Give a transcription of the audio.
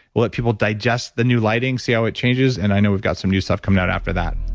we'll let people digest the new lighting, see how it changes. and i know we've got some new stuff coming out after that.